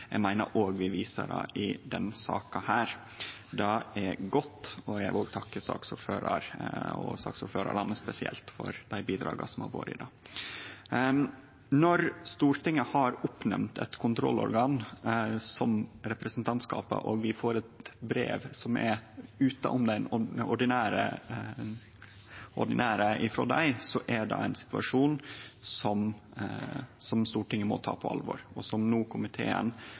eg meiner òg vi viser det i denne saka. Det er godt. Eg vil òg takke saksordførarane spesielt for dei bidraga som har vore her. Når Stortinget har oppnemnt eit kontrollorgan som representantskapet og vi får eit brev frå dei som er utanom det ordinære, er det ein situasjon Stortinget må ta på alvor, og som no komiteen